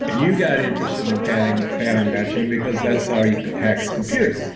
and you got interested in pattern pattern matching, because that's how you could hack a computer.